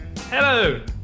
hello